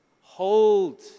Hold